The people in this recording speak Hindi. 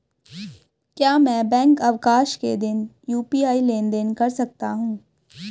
क्या मैं बैंक अवकाश के दिन यू.पी.आई लेनदेन कर सकता हूँ?